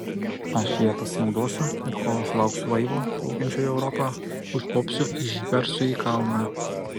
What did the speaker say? aš ja pasinaudosiu ir kol sulauksiu laivo plaukiančio į europą užkopsiu į šį garsųjį kalną